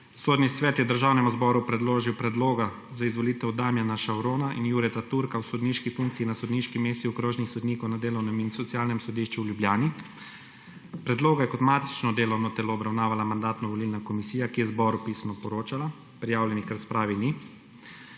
Sodni svet je Državnemu zboru predložil predloga za izvolitev Damjana Šavrona in Jureta Turka v sodniški funkciji na sodniški mesti okrožnih sodnikov na delovnem in socialnem sodišču v Ljubljani. Predloge je kot matično delovno telo obravnavala Mandatno-volilna komisija, ki je zboru pisno poročala. Prijavljenih k razpravi ni.